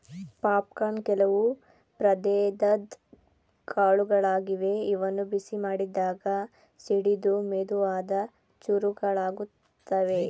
popcorn ಕೆಲವು ಪ್ರಭೇದದ್ ಕಾಳುಗಳಾಗಿವೆ ಇವನ್ನು ಬಿಸಿ ಮಾಡಿದಾಗ ಸಿಡಿದು ಮೆದುವಾದ ಚೂರುಗಳಾಗುತ್ವೆ